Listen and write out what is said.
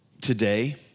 today